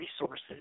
resources